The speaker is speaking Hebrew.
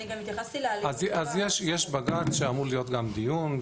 יש בג"ץ ואמור להיות גם דיון,